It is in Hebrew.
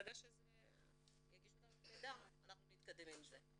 ברגע שיגישו את המידע אנחנו נתקדם עם זה.